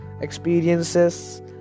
experiences